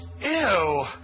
Ew